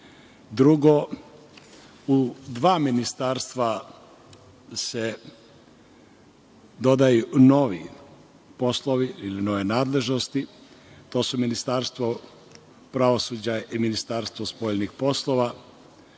Drugo, u dva ministarstva se dodaju novi poslovi ili nove nadležnosti, to su Ministarstvo pravosuđa i Ministarstvo spoljnih poslova.